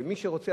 ומי שרוצה,